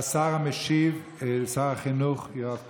השר המשיב, שר החינוך יואב קיש.